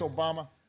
Obama